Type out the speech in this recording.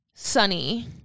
Sunny